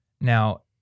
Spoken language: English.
Now